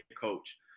coach